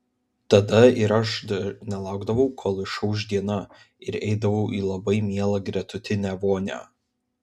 tada dažnai ir aš nelaukdavau kol išauš diena ir eidavau į labai mielą gretutinę vonią